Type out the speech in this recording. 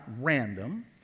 random